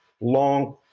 long